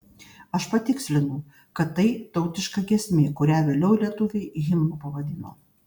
aš patikslinu kad tai tautiška giesmė kurią vėliau lietuviai himnu pavadino